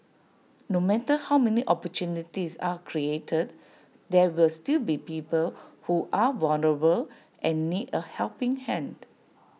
no matter how many opportunities are created there will still be people who are vulnerable and need A helping hand